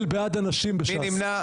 מי נמנע?